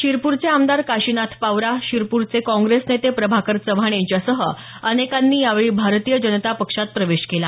शिरपूरचे आमदार काशिनाथ पावरा शिरपूरचे काँग्रेस नेते प्रभाकर चव्हाण यांच्यासह अनेकांनी यावेळी भारतीय जनता पक्षात प्रवेश केला